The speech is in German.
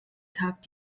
tag